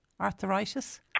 Arthritis